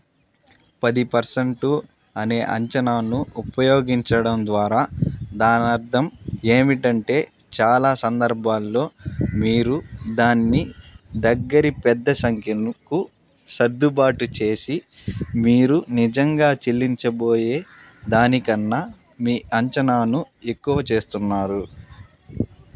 పది పర్సెంటు అనే అంచనాను ఉపయోగించడం ద్వారా దాని అర్థం ఏమిటి అంటే చాలా సందర్భాల్లో మీరు దాన్ని దగ్గరి పెద్ద సంఖ్యకు సర్దుబాటు చేసి మీరు నిజంగా చెల్లించబోయే దానికన్నా మీ అంచనాను ఎక్కువ చేస్తున్నారు